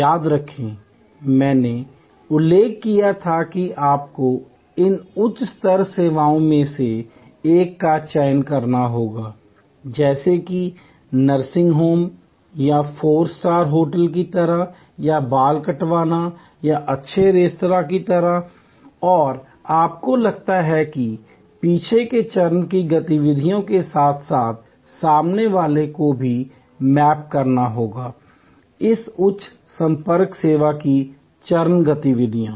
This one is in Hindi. याद रखें मैंने उल्लेख किया था कि आपको इन उच्च संपर्क सेवाओं में से एक का चयन करना होगा जैसे कि नर्सिंग होम या फोर स्टार होटल की तरह या बाल कटवाने या अच्छे रेस्तरां की तरह और आपको लगता है कि पीछे के चरण की गतिविधियों के साथ साथ सामने वाले को भी मैप करना होगा इस उच्च संपर्क सेवा की चरण गतिविधियाँ